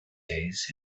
days